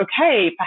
okay